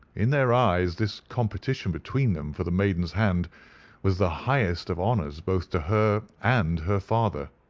in their eyes this competition between them for the maiden's hand was the highest of honours both to her and her father.